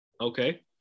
Okay